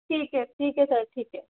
ठीक है ठीक है सर ठीक है